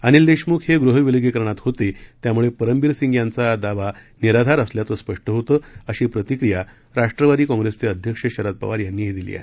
अनिल देशमुख हे गृहविलगीकरणात होते त्यामुळे परमबीर सिंग यांचा हा दावा निराधार असल्याचं स्पष्ट होतं अशी प्रतिक्रिया राष्ट्रवादी काँप्रेसचे अध्यक्ष शरद पवार यांनीही दिली आहे